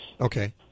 Okay